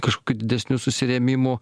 kažkokių didesnių susirėmimų